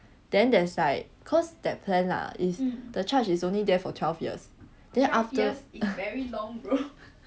then there's like cause that plan lah is the charge is only there for twelve years then after